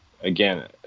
again